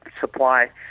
supply